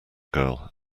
girl